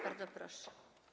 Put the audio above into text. Bardzo proszę.